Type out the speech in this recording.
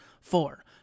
Four